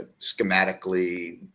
Schematically